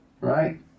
right